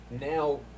now